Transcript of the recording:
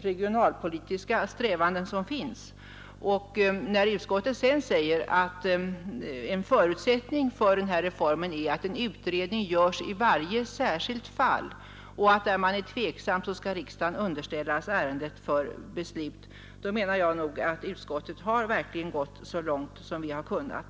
regionalpolitiska strävanden som finns. När utskottsmajoriteten sedan anför att en förutsättning för den här reformen är att en utredning görs i varje särskilt fall och att de ärenden där tveksamhet föreligger skall underställas riksdagen för beslut anser jag att vi i utskottsmajoriteten har gått så långt som vi har kunnat.